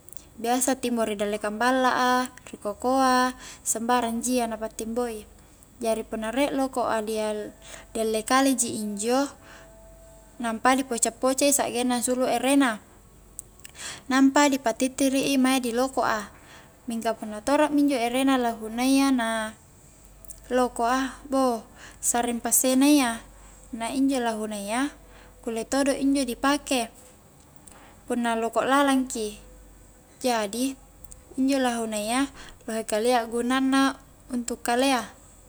Biasa timpo di ri dellekang balla a, rikoko a sambarang ji iya na pa timboi jari punna riek loko' dialle kale ji injo nampa di poca'-poca' i sa'genna ansulu erena nampa di patittili i maedi loko'a mingka punna tora mi injo erena lahunayya na loko' a bou sarring passena iya na injo lahunayya kulle todo injo di pake punna loko' lalang ki jadi injo lahunayya lohe kalia gunanna untu kalea